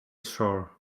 shore